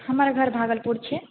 हमर घर भागलपुर छियै